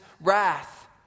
wrath